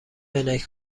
عینک